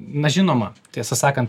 na žinoma tiesą sakant